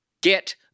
Get